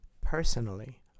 Personally